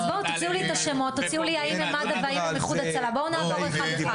אז בואו, תוציאו לי את השמות, בואו נעבור אחד אחד.